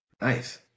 Nice